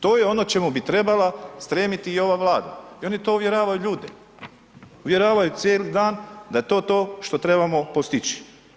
To je o čemu bi trebala stremiti i ova Vlada i oni to uvjeravaju ljude, uvjeravaju cijeli dan da je to to što trebamo postići.